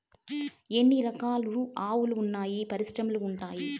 ఎన్ని రకాలు ఆవులు వున్నాయి పరిశ్రమలు ఉండాయా?